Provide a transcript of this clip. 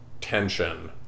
tension